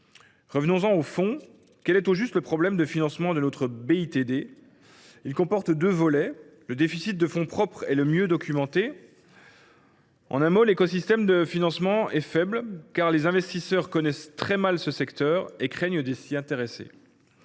Revenons en au fond. Quel est au juste le problème de financement de notre BITD ? Il comporte deux volets. Le déficit de fonds propres est le mieux documenté. En un mot, l’écosystème de financement est faible, car les investisseurs connaissent mal le secteur et craignent de s’y intéresser.